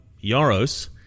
Yaros